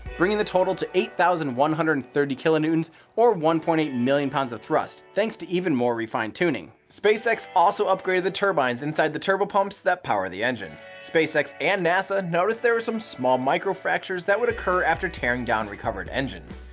bringing the total to eight thousand one hundred and thirty kn or one point eight million pounds of thrust thanks to even more refined tuning. spacex also upgraded the turbines inside the turbo pumps that power the engines. spacex and nasa noticed there were some small microfractures that would occur after tearing down recovered engines.